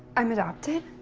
i'm adopted?